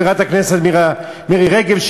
חברת הכנסת מירי רגב,